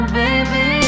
baby